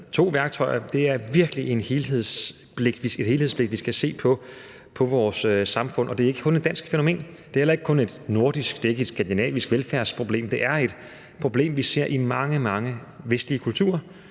to værktøjer; det er virkelig et helhedsblik, vi skal se på vores samfund med. Og det er ikke kun et dansk fænomen. Det er heller ikke kun et nordisk, et skandinavisk velfærdsproblem. Det er et problem, vi ser i mange, mange vestlige kulturer.